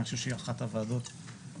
אני חושב שזו אחת הוועדות החשובות.